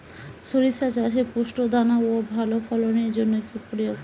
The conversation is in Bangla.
শরিষা চাষে পুষ্ট দানা ও ভালো ফলনের জন্য কি প্রয়োগ করব?